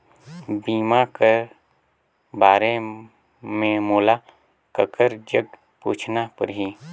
बीमा कर बारे मे मोला ककर जग पूछना परही?